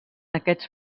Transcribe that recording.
aquests